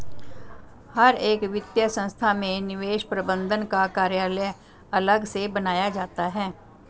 हर एक वित्तीय संस्था में निवेश प्रबन्धन का कार्यालय अलग से बनाया जाता है